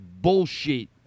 bullshit